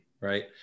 right